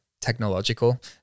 technological